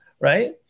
right